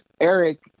Eric